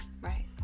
Right